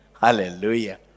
Hallelujah